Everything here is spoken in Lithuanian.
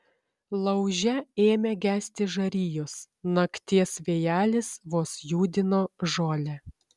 lauže ėmė gesti žarijos nakties vėjelis vos judino žolę